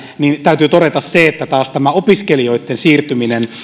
täytyy todeta se että taas tämä opiskelijoitten siirtyminen